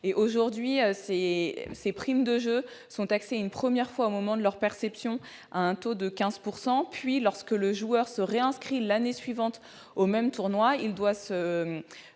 Aujourd'hui, ces primes de jeu sont taxées une première fois au moment de leur perception à un taux de 15 %. Néanmoins, lorsque le joueur se réinscrit l'année suivante au même tournoi, il doit se